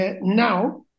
now